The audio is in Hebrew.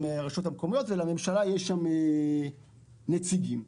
ולממשלה יש שם נציגים.